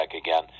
again